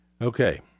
Okay